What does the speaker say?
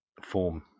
form